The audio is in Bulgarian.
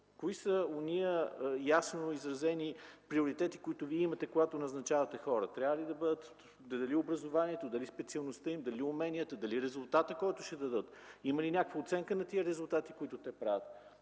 Кои са онези ясно изразени приоритети, които Вие имате, когато назначавате хора? Дали образованието, дали специалността им, дали уменията, дали резултатите, които ще дадат? Има ли някаква оценка на тези резултати, които те дават?